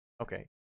Okay